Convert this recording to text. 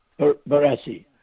Barassi